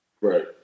Right